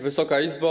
Wysoka Izbo!